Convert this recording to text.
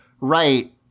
right